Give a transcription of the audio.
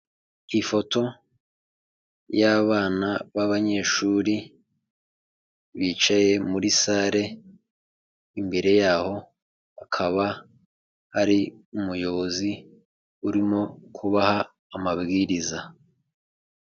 Ifoto y'abana b'abanyeshuri bicaye muri sale, imbere yaho hakaba hari umuyobozi urimo kubaha amabwiriza.